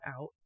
out